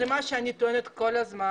זה מה שאני טוענת כל הזמן,